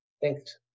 thanks